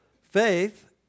faith